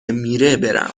میره، برم